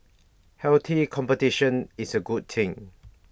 healthy competition is A good thing